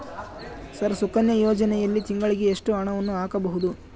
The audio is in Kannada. ಸರ್ ಸುಕನ್ಯಾ ಯೋಜನೆಯಲ್ಲಿ ತಿಂಗಳಿಗೆ ಎಷ್ಟು ಹಣವನ್ನು ಹಾಕಬಹುದು?